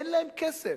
אין להם כסף.